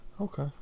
Okay